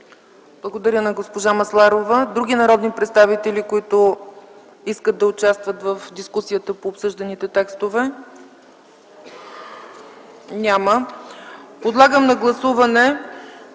Благодаря на госпожа Масларова. Има ли други народни представители, които желаят да участват в дискусията по обсъжданите текстове? Няма. Моля, гласувайте